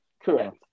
Correct